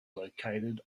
located